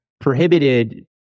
prohibited